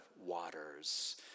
waters